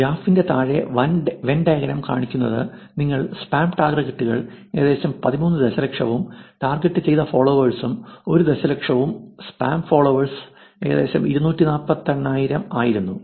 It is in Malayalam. ഗ്രാഫിന്റെ താഴെ വെൻ ഡയഗ്രം കാണിക്കുന്നത് നിങ്ങൾക്ക് സ്പാം ടാർഗെറ്റുകൾ ഏകദേശം 13 ദശലക്ഷവും ടാർഗെറ്റുചെയ്ത ഫോളോവേഴ്സും ഒരു ദശലക്ഷവും സ്പാം ഫോളോവേഴ്സ് ഏകദേശം 248 ആയിരം ആയിരുന്നു